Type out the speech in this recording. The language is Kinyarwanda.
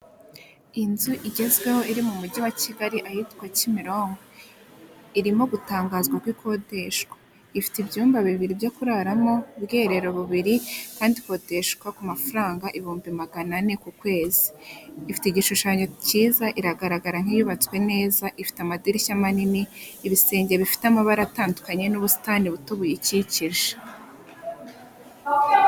Inzu igezweho iri mu mujyi wa Kigali ahitwa kimironko irimo gutangazwa ko ikodeshwa ifite ibyumba bibiri byo kuraramo, ubwiherero bubiri kandi ikodeshwa ku mafaranga ibihumbi magana ane ku kwezi. Ifite igishushanyo cyiza iragaragara nkiyubatswe neza ifite amadirishya manini ibirenge bifite amabara atandukanye n'ubusitani buto buyikikije.